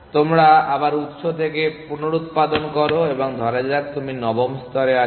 তোমরা আবার উত্স থেকে পুনরুত্পাদন করো এবং ধরা যাক তুমি নবম স্তরে আছো